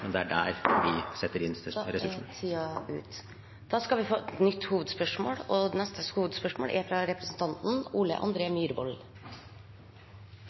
men det er der vi setter inn ressursene. Vi går videre til neste hovedspørsmål.